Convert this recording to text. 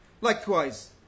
Likewise